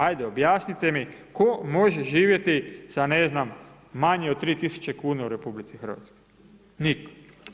Ajde objasnite mi, tko može živjeti sa ne znam, manje od 3000 kn u RH, nitko.